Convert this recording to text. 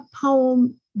poem